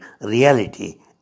reality